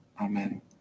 Amen